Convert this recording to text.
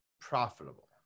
profitable